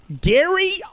Gary